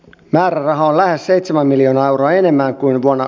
jaro nolla seitsemän neljä nauraa enemmän kuin vuonna